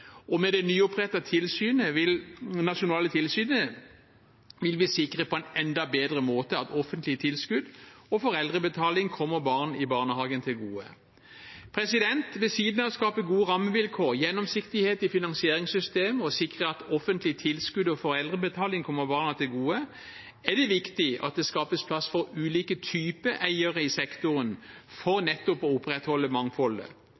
og med det nyopprettede nasjonale tilsynet vil vi på en enda bedre måte sikre at offentlige tilskudd og foreldrebetaling kommer barn i barnehagene til gode. Ved siden av å skape gode rammevilkår og gjennomsiktighet i finansieringssystemet og å sikre at offentlige tilskudd og foreldrebetaling kommer barna til gode, er det viktig at det skapes plass for ulike typer eiere i sektoren for å opprettholde mangfoldet.